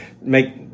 make